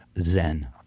zen